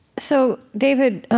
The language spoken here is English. so, david,